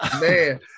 Man